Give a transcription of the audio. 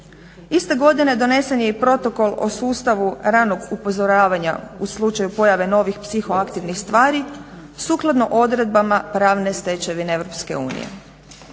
Iste godine donesen je i Protokol o sustavu ranog upozoravanja u slučaju pojave novih psihoaktivnih stvari sukladno odredbama pravne stečevine EU.